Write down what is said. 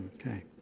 Okay